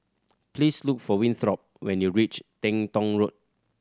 please look for Winthrop when you reach Teng Tong Road